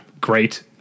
great